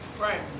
Right